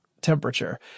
temperature